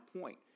point